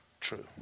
true